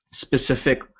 specific